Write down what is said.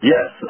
Yes